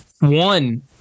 one